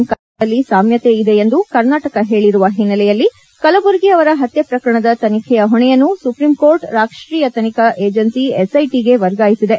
ಕಲಬುರ್ಗಿ ಪತ್ಯೆಗಳಲ್ಲಿ ಸಾಮ್ಯತೆ ಇದೆ ಎಂದು ಕರ್ನಾಟಕ ಹೇಳಿರುವ ಹಿನ್ನೆಲೆಯಲ್ಲಿ ಕಲಬುರ್ಗಿ ಅವರ ಪತ್ಯೆ ಪ್ರಕರಣದ ತನಿಖೆಯ ಹೊಣೆಯನ್ನು ಸುಪ್ರೀಂಕೋರ್ಟ್ ರಾಷ್ಟೀಯ ತನಿಖೆ ಏಜೆನ್ಸಿ ಎಸ್ಐಟಿಗೆ ವರ್ಗಾಯಿಸಿದೆ